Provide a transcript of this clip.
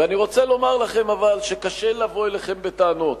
אבל אני רוצה לומר לכם שקשה לבוא אליכם בטענות,